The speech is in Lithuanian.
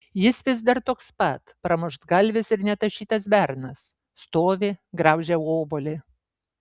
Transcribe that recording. jis vis dar toks pat pramuštgalvis ir netašytas bernas stovi graužia obuolį